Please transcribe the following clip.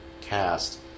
cast